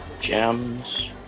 gems